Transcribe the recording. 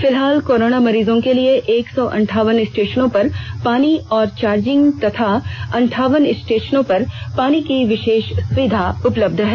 फिलहाल कोरोना मरीजों के लिए एक सौ अंठावन स्टेशनों पर पानी और चार्जिंग की तथा अंठावन स्टेशनों पर पानी की विशेष सुविधा उपलब्ध है